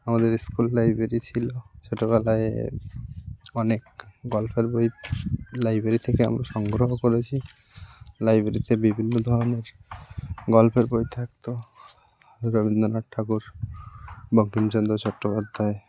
আমাদের school library ছিল ছোটবেলায় অনেক গল্পের বই লাইব্রেরি থেকে আমরা সংগ্রহ করেছি লাইব্রেরিতে বিভিন্ন ধরনের গল্পের বই থাকত রবীন্দ্রনাথ ঠাকুর বঙ্কিমচন্দ্র চট্টোপাধ্যায়